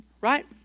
Right